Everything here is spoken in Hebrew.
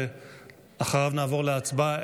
ואחריו נעבור להצבעה,